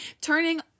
turning